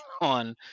on